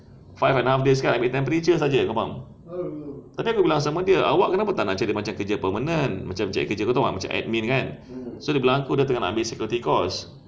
five and a half days kan ambil temperature sahaja kau faham tapi aku bilang sama dia awak kenapa tak nak cari macam kerja permanent macam cari kerja kau faham macam admin kan so dia bilang aku dia nak ambil security course